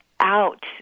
out